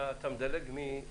אתה מדלג בין